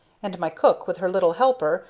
and my cook with her little helper,